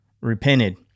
repented